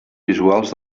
visuals